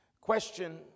Question